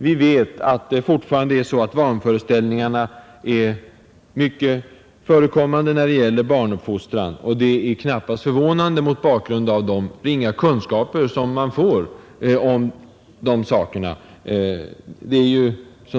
Vi vet att vanföreställningar fortfarande är mycket vanliga när det gäller barnuppfostran, och det är knappast förvånande mot bakgrunden av de ringa kunskaper som de flesta får.